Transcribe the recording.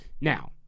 Now